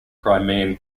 crimean